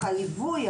הליווי,